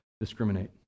discriminate